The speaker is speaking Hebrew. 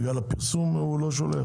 בגלל הפרסום הוא לא שולח?